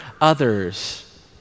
others